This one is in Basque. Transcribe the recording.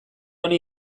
honi